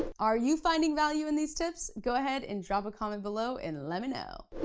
are you finding value in these tips? go ahead and drop a comment below and let me know.